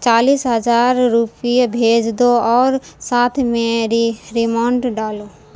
چالیس ہزار روپیے بھیج دو اور ساتھ میں ری ریمانڈ ڈالو